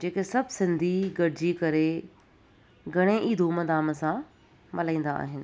जेके सभु सिंधी गॾिजी करे घणे ई धूम धाम सां मल्हाईंदा आहिनि